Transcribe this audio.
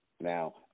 Now